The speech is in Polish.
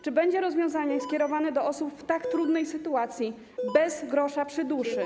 Czy będzie rozwiązanie skierowane do osób w tak trudnej sytuacji, bez grosza przy duszy?